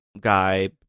guy